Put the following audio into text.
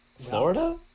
Florida